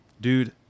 Dude